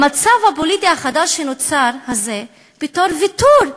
למצב הפוליטי החדש הזה שנוצר בתור ויתור,